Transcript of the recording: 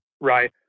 right